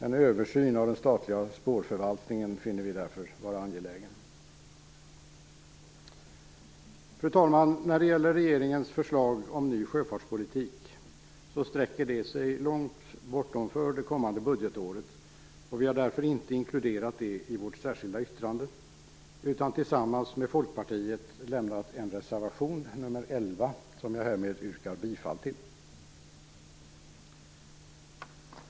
En översyn av den statliga spårförvaltningen finner vi därför vara angelägen. Fru talman! Regeringens förslag om ny sjöfartspolitik sträcker sig långt bortom det kommande budgetåret. Därför har vi inte inkluderat detta i vårt särskilda yttrande utan tillsammans med Folkpartiet lämnat en reservation, nr 11, som jag härmed yrkar bifall till.